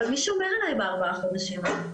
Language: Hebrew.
מי שומר עליי בארבעה חודשים האלה?